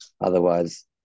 Otherwise